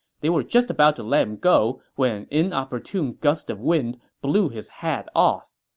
they were just about to let him go when an inopportune gust of wind blew his hat off.